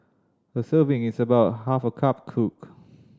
a serving is about half cup cooked